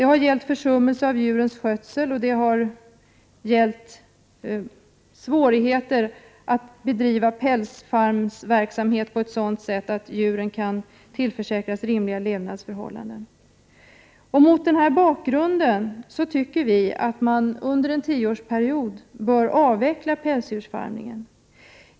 Det har gällt försummelser av djurens skötsel och 11 maj 1989 svårigheter att bedriva pälsfarmsverksamhet på ett sådant sätt att djuren kan tillförsäkras rimliga levnadsförhållanden. Mot denna bakgrund anser vi i vpk att man under en tioårsperiod bör avveckla verksamheten vid pälsdjursfarmerna.